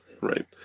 Right